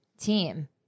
team